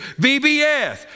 VBS